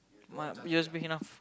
my U_S_B enough